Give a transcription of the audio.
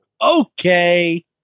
Okay